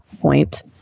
point